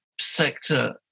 sector